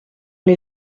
les